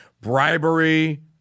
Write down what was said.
Bribery